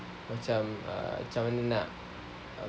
macam macam mana nak uh